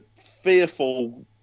fearful